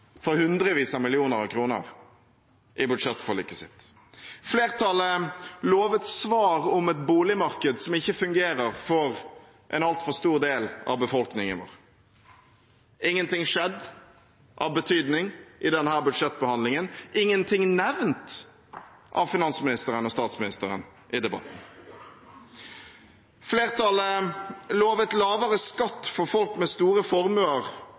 for hundrevis av millioner kroner i budsjettforliket sitt. Flertallet lovte svar om et boligmarked som ikke fungerer for en altfor stor del av befolkningen vår. Ingenting av betydning er skjedd i denne budsjettbehandlingen, ingenting er nevnt av finansministeren eller statsministeren i debatten. Flertallet lovte lavere skatt for folk med store formuer,